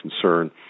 concern